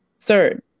third